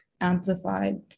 amplified